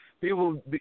People